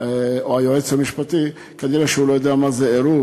או היועץ המשפטי, שהוא כנראה לא יודע מה זה עירוב.